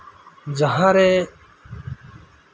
ᱡᱟᱦᱟᱸᱨᱮ